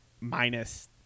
minus